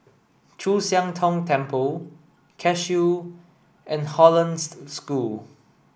Chu Siang Tong Temple Cashew and Hollandse School